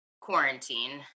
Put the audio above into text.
quarantine